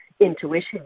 intuition